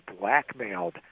blackmailed